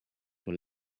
will